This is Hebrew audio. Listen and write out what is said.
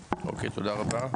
אוקיי, תודה רבה.